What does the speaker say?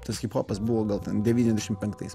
tas hiphopas buvo gal ten devyniasdešim penktais